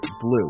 BLUE